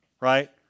right